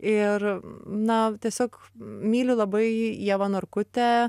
ir na tiesiog myliu labai ievą narkutę